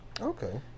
Okay